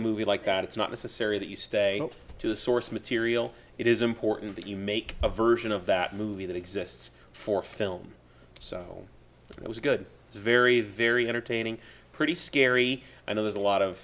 a movie like that it's not necessary that you stay to the source material it is important that you make a version of that movie that exists for film so it was good it's very very entertaining pretty scary and there's a lot of